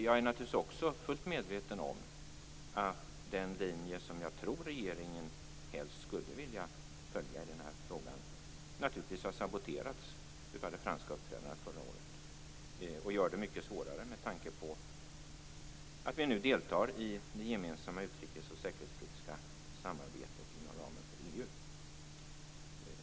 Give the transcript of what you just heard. Jag är naturligtvis också fullt medveten om att den linje som jag tror att regeringen helst skulle vilja följa i den här frågan har saboterats av det franska uppträdandet förra året och gör det mycket svårare, med tanke på att vi nu deltar i det gemensamma utrikesoch säkerhetspolitiska samarbetet inom ramen för EU.